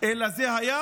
אלא זה היה